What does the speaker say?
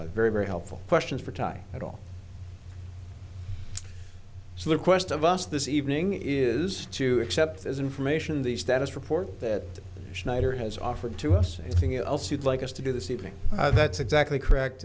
so very very helpful questions for time at all so the quest of us this evening is to accept as information the status report that schneider has offered to us thing else you'd like us to do this evening that's exactly correct